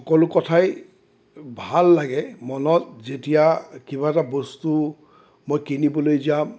সকলো কথাই ভাল লাগে মনত যেতিয়া কিবা এটা বস্তু মই কিনিবলৈ যাম